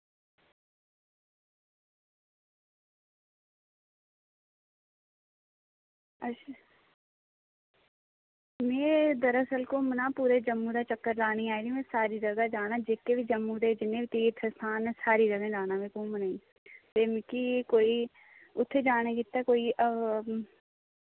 अच्छा में दरअसल घुम्मना पूरे जम्मू दा चक्कर लाना ते सारी जगह जाना जिन्ने बी तीर्थ स्थान न सारी जगह जाना में घुम्मनै गी ते मिगी कोई इत्थें जाने गित्तै कोई